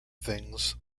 things